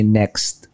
next